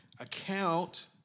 account